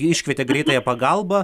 iškvietė greitąją pagalbą